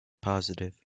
positive